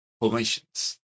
formations